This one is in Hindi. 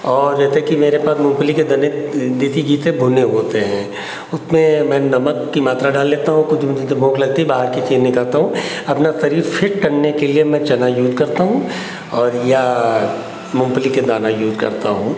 और जैसे कि मेरे पास मूंगफली के दाने देसी घी से भुने हुए होते हैं उतने में नमक की मात्रा डाल लेता हूँ तो जब जब मुझे भूख लगती है बाहर की चीज नहीं खाता हूँ अपना शरीर फिट करने के लिए मैं चना यूज़ करता हूँ और या मूंगफली के दाना यूज़ करता हूँ